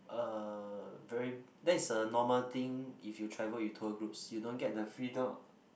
uh very that's a normal thing if you travel with tour groups you don't get the freedom